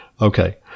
Okay